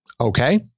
Okay